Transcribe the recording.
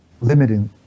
limiting